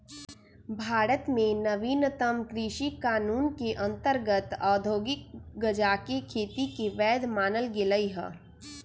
भारत में नवीनतम कृषि कानून के अंतर्गत औद्योगिक गजाके खेती के वैध मानल गेलइ ह